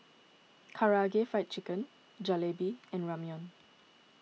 Karaage Fried Chicken Jalebi and Ramyeon